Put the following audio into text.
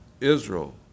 Israel